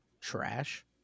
Trash